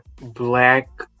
Black